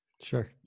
Sure